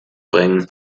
bringen